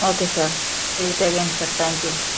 okay sir visit again sir thank you